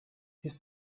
his